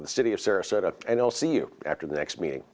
with the city of sarasota and i'll see you after the next me